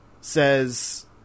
says